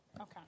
Okay